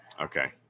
Okay